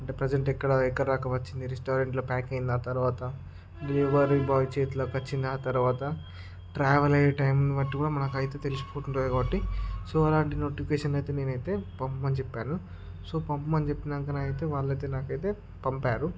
అంటే ప్రెసెంట్ ఎక్కడ దాకా వచ్చింది రెస్టారెంట్లో ప్యాక్ అయ్యిందా తర్వాత డెలివరీ బాయ్ చేతిలోకి వచ్చిందా తర్వాత ట్రావెల్ అయ్యే టైంని బట్టి కూడా మనకైతే తెలిసిపోతుంది కాబట్టి సో అలాంటి నోటిఫికేషన్ అయితే నేనైతే పంపమని చెప్పాను సో పంపమని చెప్పినాక అయితే నాకైతే వాళ్ళయితే పంపారు